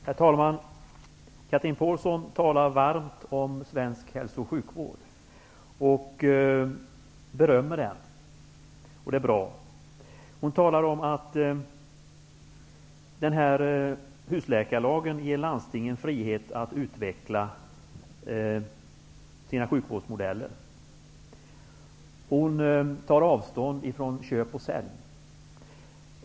Herr talman! Chatrine Pålsson talar varmt om svensk hälso och sjukvård och berömmer den. Det är bra. Hon talar om att husläkarlagen ger landstingen frihet att utveckla sina sjukvårdsmodeller. Hon tar avstånd från köp och sälj.